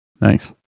nice